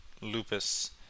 lupus